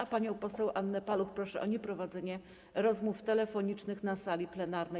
A panią poseł Annę Paluch proszę o nieprowadzenie rozmów telefonicznych na sali plenarnej.